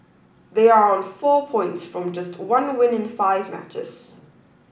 they are on four points from just one win in five matches